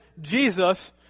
Jesus